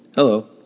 Hello